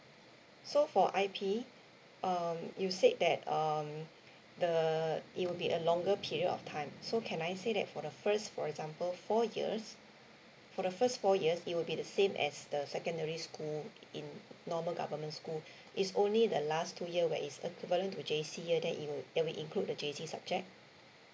so for I_P um you said that um the it will be a longer period of time so can I say that for the first for example four years for the first four years it will be the same as the secondary school in normal government school it's only the last two years where it's equivalent to J_C year then it will that will include the J_C subject